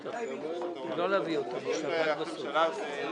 תראו למעלה לאן זה הולך.